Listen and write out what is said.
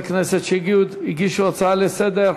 כמה חברי כנסת הגישו הצעה לסדר-היום.